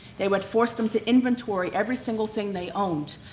they would force them to inventory every single thing they owned,